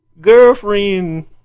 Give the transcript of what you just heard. Girlfriend